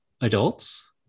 adults